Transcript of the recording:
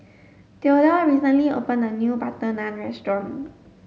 Thedore recently opened a new butter naan restaurant